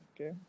okay